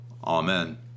Amen